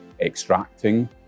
extracting